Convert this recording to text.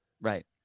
right